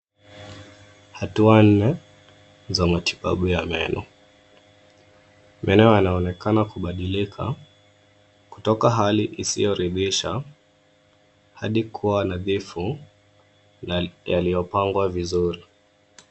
Hatua nne za matibabu ya meno. Meno yanaonekana kubadilika kutoka hali isiyoridhisha hadi kuwa nadhifu na yaliyopangwa vizuri.